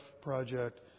project